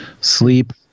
Sleep